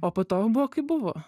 o po to jau buvo kaip buvo